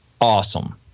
awesome